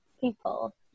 people